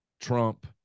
Trump